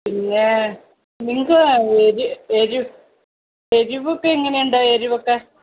പിന്നെ നിങ്ങൾക്ക് എരിവൊക്കെ എങ്ങനെയുണ്ട് എരിവൊക്കെ